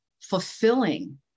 fulfilling